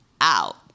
out